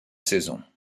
saison